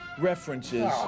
references